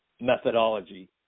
methodology